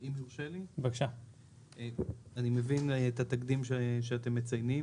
אני מבין את התקדים שאתם מציינים.